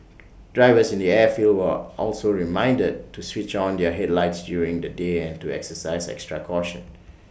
drivers in the airfields were also reminded to switch on their headlights during the day and to exercise extra caution